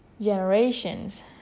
generations